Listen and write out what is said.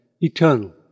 eternal